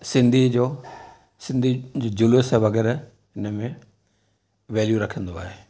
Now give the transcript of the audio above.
सिंधी जो सिंधी जुलूसु वग़ैरह हुन में वैल्यू रखंदो आहे